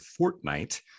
Fortnite